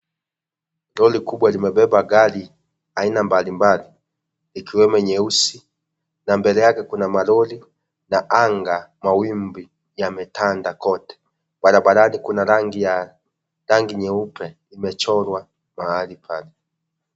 Lori kubwa limebeba gari aina mbali mbali ikiwemo nyeusi. Na mbele yake kuna malori, na anga mawimbi yametanda kote. Barabarani kuna rangi ya rangi nyeupe imechorwa mahali pale.